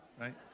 right